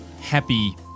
happy